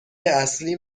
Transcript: اصلی